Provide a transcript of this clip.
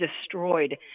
destroyed